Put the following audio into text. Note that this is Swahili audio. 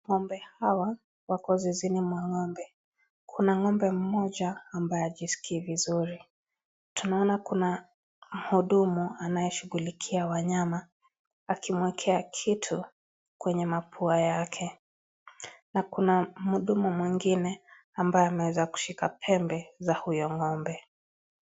Ngombe hawa wako zizini mwa ngombe, kuna ngombe mmoja ambaye hajiskii vizuri. Tunaona kuna mhudumu anayeshughulikia wanyama akimwekea kitu kwenye mapua yake na kuna mhudumu mwingine ambaye ameweza kushika pembe za huyo ngombe.